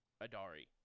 Adari